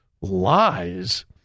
lies